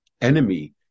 enemy